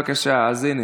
בבקשה, אז הינה.